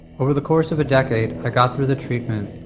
over the course of a decade, i got through the treatment,